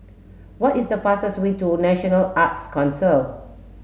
what is the fastest way to National Arts Council